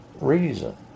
reason